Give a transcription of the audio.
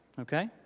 Okay